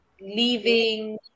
leaving